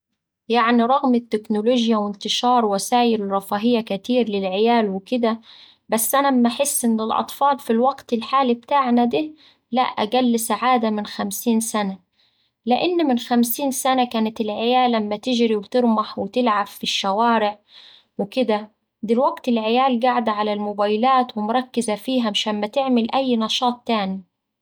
يعني رغم التكنولوجيا وانتشار وسايل رفاهية كتير للعيال وكدا بس أنا أما أحس إن الأطفال في الوقت الحالي بتاعنا ده لأ أقل سعادة من خمسين سنة لأن من خمسين سنة كانت العيال أما تجري وترمح وتلعب في الشوارع وكدا دلوقتي العيال قاعدة على الموبايلات ومركزة فيها ومش أما تعمل أي نشاط تاني.